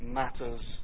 matters